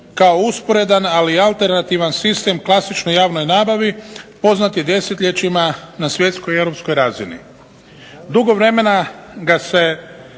kao usporedan, ali i alternativan sistem klasičnoj javnoj nabavi. Poznat je desetljećima na svjetskoj i europskoj razini. Dugo vremena ga se